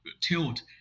tilt